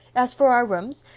as for our rooms,